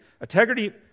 Integrity